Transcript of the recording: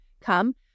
come